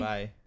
Bye